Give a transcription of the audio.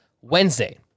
Wednesday